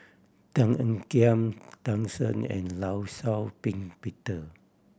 Tan Ean Kiam Tan Shen and Law Shau Ping Peter